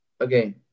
Okay